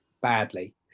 Badly